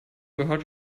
gehört